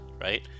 right